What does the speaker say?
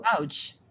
Ouch